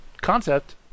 concept